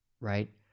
right